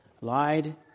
lied